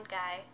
guy